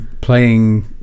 playing